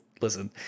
listen